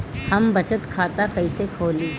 हम बचत खाता कईसे खोली?